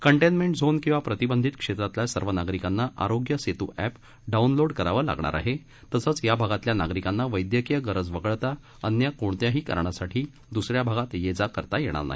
containment zone किंवा प्रतिबंधित क्षेत्रातल्या सर्व नागरिकांना आरोग्य सेतू अंप डाऊनलोड करावं लागणार आहे तसंच या भागातल्या नागरिकांना वैद्यकीय गरज वगळता अन्य कोणत्याही कारणासाठी द्र्सऱ्या भागात ये जा करता येणार नाही